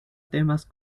temas